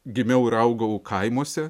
gimiau ir augau kaimuose